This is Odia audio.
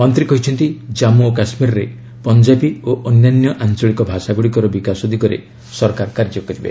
ମନ୍ତ୍ରୀ କହିଛନ୍ତି ଜାମ୍ଗୁ ଓ କାଶ୍ମୀରରେ ପଞ୍ଜାବୀ ଓ ଅନ୍ୟାନ୍ୟ ଆଞ୍ଚଳିକ ଭାଷାଗୁଡ଼ିକର ବିକାଶ ଦିଗରେ ସରକାର କାର୍ଯ୍ୟ କରିବେ